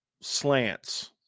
slants